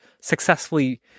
successfully